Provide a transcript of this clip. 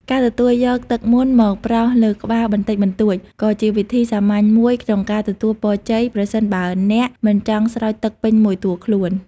ការទទួលយកទឹកមន្តមកប្រោះលើក្បាលបន្តិចបន្តួច ក៏ជាវិធីសាមញ្ញមួយក្នុងការទទួលពរជ័យ ប្រសិនបើអ្នកមិនចង់ស្រោចទឹកពេញមួយតួខ្លួន។